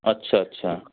अच्छा अच्छा